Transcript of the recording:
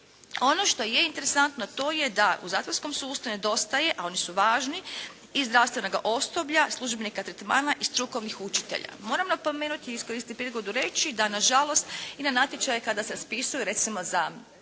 ono što je interesantno to je da u zatvorskom sustavu nedostaje, a oni su važni i zdravstvenoga osoblja, službenika tretmana i strukovnih učitelja. Moram napomenuti i iskoristiti priliku i reći, da na žalost i na natječaje kada se raspisuju recimo za